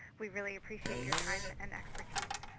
we really appreciate your time and expertise.